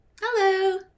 Hello